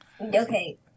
Okay